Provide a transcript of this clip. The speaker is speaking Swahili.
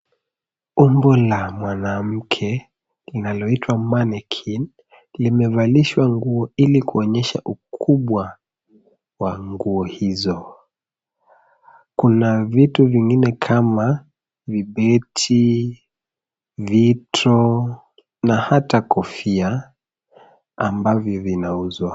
Umbo la mwanamke inaloitwa Mannequin limevalishwa nguo ili kuonyesha ukubwa wa nguo hizo. Kuna vitu vingine kama vibeti, vitro na hata kofia ambavyo vinauzwa.